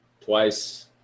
twice